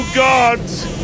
gods